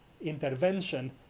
intervention